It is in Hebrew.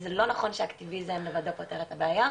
זה לא נכון שאקטיביזם לבדו פותר את הבעיה.